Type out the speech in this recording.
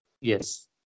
Yes